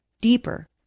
deeper